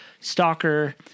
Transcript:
Stalker